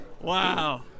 Wow